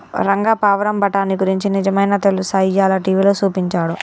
రంగా పావురం బఠానీ గురించి నిజమైనా తెలుసా, ఇయ్యాల టీవీలో సూపించాడు